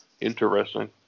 Interesting